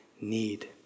need